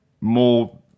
more